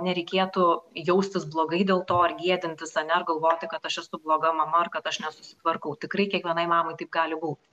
nereikėtų jaustis blogai dėl to ar gėdintis ane galvoti kad aš esu bloga mama ir kad aš nesusitvarkau tikrai kiekvienai mamai taip gali būti